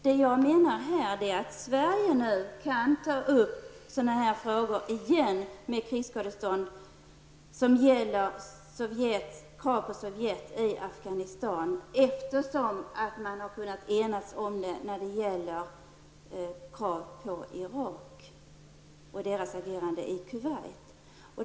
Vad jag menade är att Sverige nu kan ta upp frågor som gäller Sovjets krigsskadestånd till Afghanistan, eftersom man i FN har kunnat enas om kraven på Irak efter Iraks agerande i Kuwait.